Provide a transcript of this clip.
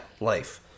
life